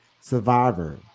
survivor